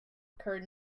occurred